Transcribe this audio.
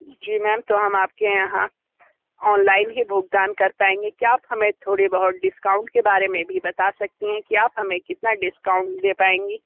जी ma'am तो हम आपके यहाँ ऑनलाइन ही भुगतान कर पाएंगे क्या आप हमें थोड़े बहुत डिस्काउंट के बारे में भी बता सकती हैं कि आप हमें कितना डिस्काउंट दे पाएंगी